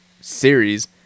series